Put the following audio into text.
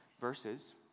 verses